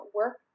work